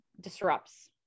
disrupts